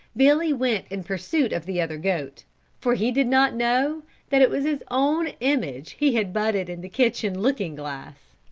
billy went in pursuit of the other goat for he did not know that it was his own image he had butted in the kitchen looking-glass.